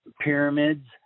pyramids